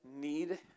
need